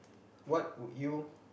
what would you